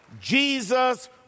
Jesus